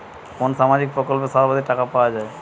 কোন সামাজিক প্রকল্পে সর্বাধিক টাকা পাওয়া য়ায়?